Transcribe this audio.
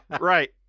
Right